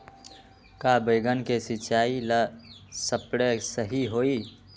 का बैगन के सिचाई ला सप्रे सही होई?